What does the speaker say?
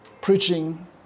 preaching